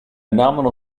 nominal